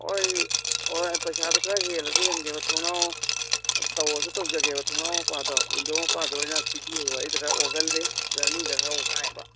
ꯍꯣꯏ ꯍꯣꯏ ꯄꯩꯁꯥꯗꯨ ꯈꯔ ꯍꯦꯜꯂꯁꯨ ꯍꯦꯟꯒꯦꯕ ꯊꯣꯡꯅꯥꯎ ꯇꯧꯔꯁꯨ ꯇꯧꯖꯒꯦꯕ ꯊꯣꯡꯅꯥꯎ ꯃꯄꯥꯗꯣ ꯋꯤꯟꯗꯣ ꯃꯄꯥꯗꯣ ꯑꯣꯏꯅ ꯄꯤꯕꯤꯌꯣꯕ ꯑꯩꯗꯨ ꯈꯔ ꯑꯣꯒꯜꯂꯤ ꯖꯔꯅꯤꯗ ꯈꯔ ꯋꯥꯏꯑꯕ